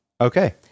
Okay